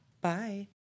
Bye